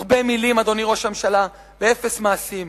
הרבה מלים, אדוני ראש הממשלה, ואפס מעשים.